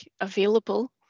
available